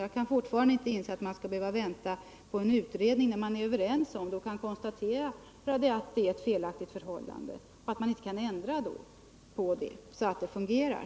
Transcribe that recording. Jag kan fortfarande inte inse att man skall behöva vänta på en utredning när man är överens och kan konstatera att det är ett felaktigt förhållande, att man då inte kan ändra på det så det fungerar.